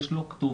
יש לו כתובת,